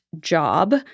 job